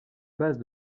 base